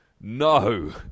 no